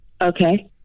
Okay